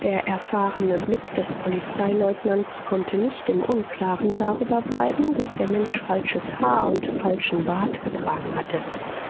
der erfahrene blick des polizeileutnants konnte nicht im unklaren darüber bleiben daß der mensch falsches haar und falschen bart getragen hatte